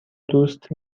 دوست